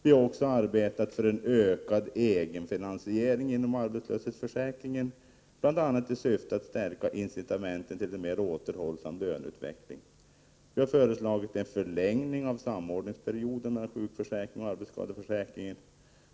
Vi har också arbetat för en ökad egen finansiering inom arbetslöshetsförsäkringen, bl.a. i syfte att stärka incitamenten till en mer återhållsam löneutveckling. Vi har föreslagit en förlängning av samordningsperioden mellan sjukförsäkring och arbetsskadeförsäkring.